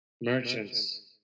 merchants